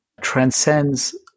transcends